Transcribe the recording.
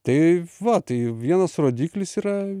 taip va tai vienas rodiklis yra